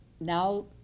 now